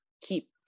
keep